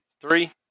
three